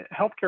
healthcare